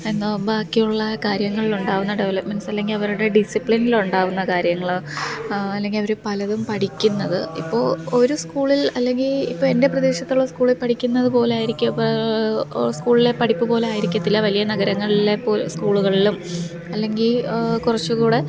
എന്താ ബാക്കി ഉള്ള കാര്യങ്ങളിൽ ഉണ്ടാകുന്ന ഡെവലപ്പ്മെന്റ്സ് അല്ലെങ്കിൽ അവരുടെ ഡിസിപ്ലിനിൽ ഉണ്ടാകുന്ന കാര്യങ്ങള് അല്ലെങ്കില് അവര് പലതും പഠിക്കുന്നത് ഇപ്പോൾ ഒരു സ്കൂളില് അല്ലെങ്കിൽ ഇപ്പം എന്റെ പ്രദേശത്തുള്ള സ്കൂളില് പഠിക്കുന്നത് പോലായിരിക്കും ഇപ്പം സ്കൂളിലെ പഠിപ്പ് പോലെ ആയിരിക്കത്തില്ല വലിയ നഗരങ്ങളിലെ പോലെ സ്കൂളുകളിലും അല്ലെങ്കിൽ കുറച്ച് കൂടെ